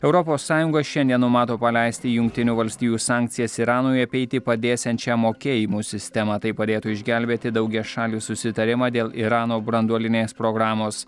europos sąjunga šiandien numato paleisti jungtinių valstijų sankcijas iranui apeiti padėsiančią mokėjimų sistemą tai padėtų išgelbėti daugiašalį susitarimą dėl irano branduolinės programos